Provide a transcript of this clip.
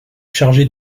chargée